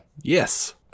Yes